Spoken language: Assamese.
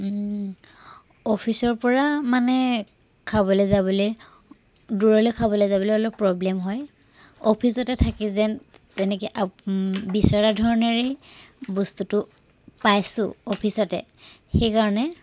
অফিচৰপৰা মানে খাবলৈ যাবলৈ দূৰলৈ খাবলৈ যাবলৈ অলপ প্ৰবলেম হয় অফিচতে থাকি যেন তেনেকৈ বিচৰা ধৰণেৰেই বস্তুটো পাইছোঁ অফিচতে সেইকাৰণে